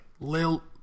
Lil